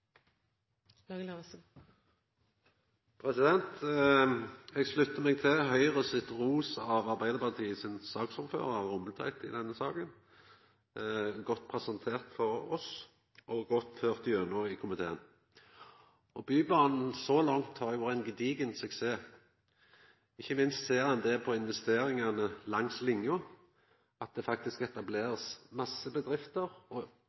meg til Høgres ros av Arbeidarpartiets saksordførar Rommetveit i denne saka: godt presentert for oss, og godt ført gjennom i komiteen. Bybanen har så langt vore ein gedigen suksess, ikkje minst ser ein det på investeringane langs linja. Det blir faktisk etablert masse bedrifter, og